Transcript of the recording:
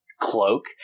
Cloak